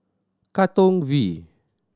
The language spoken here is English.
Katong V